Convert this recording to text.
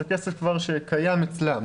זה כסף שכבר קיים אצלם.